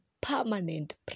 permanent